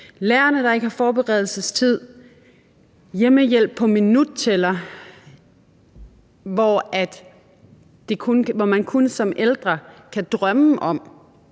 lærerne, der ikke har forberedelsestid. Vi har hjemmehjælp på minuttæller, hvor man kun som ældre kan drømme om,